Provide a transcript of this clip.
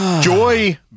joy